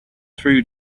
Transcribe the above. through